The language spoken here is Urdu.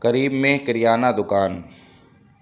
قریب میں کریانہ دکان